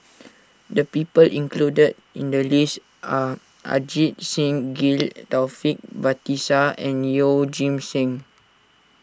the people included in the list are Ajit Singh Gill Taufik Batisah and Yeoh Ghim Seng